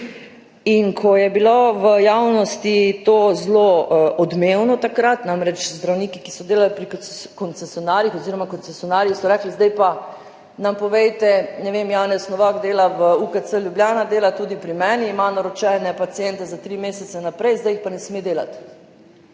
In ko je bilo v javnosti to zelo odmevno takrat, namreč zdravniki, ki so delali pri koncesionarjih, oziroma koncesionarji so rekli, zdaj pa nam povejte, ne vem, Janez Novak dela v UKC Ljubljana, dela tudi pri meni, ima naročene paciente za tri mesece naprej, zdaj pa ne sme delati.